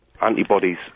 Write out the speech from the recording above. antibodies